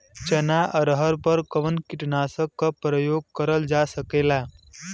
चना अरहर पर कवन कीटनाशक क प्रयोग कर जा सकेला?